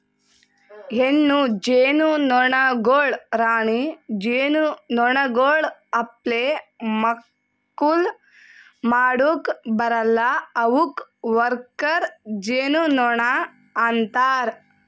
ಹೆಣ್ಣು ಜೇನುನೊಣಗೊಳ್ ರಾಣಿ ಜೇನುನೊಣಗೊಳ್ ಅಪ್ಲೆ ಮಕ್ಕುಲ್ ಮಾಡುಕ್ ಬರಲ್ಲಾ ಅವುಕ್ ವರ್ಕರ್ ಜೇನುನೊಣ ಅಂತಾರ